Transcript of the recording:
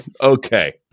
Okay